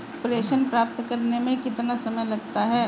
प्रेषण प्राप्त करने में कितना समय लगता है?